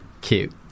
cute